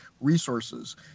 resources